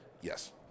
yes